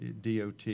DOT